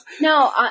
No